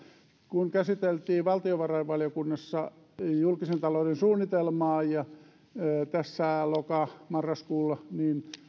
kun valtiovarainvaliokunnassa käsiteltiin julkisen talouden suunnitelmaa tässä loka marraskuussa niin